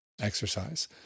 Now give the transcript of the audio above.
exercise